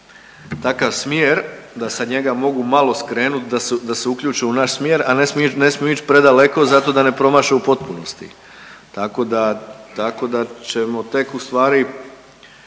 takav smjer da sa njega mogu malo skrenuti da se uključe u naš smjer, a ne smiju ići predaleko zato da ne promaše u potpunosti. Tako da ćemo tek ustvari